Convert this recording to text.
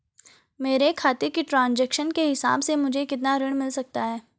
मेरे खाते के ट्रान्ज़ैक्शन के हिसाब से मुझे कितना ऋण मिल सकता है?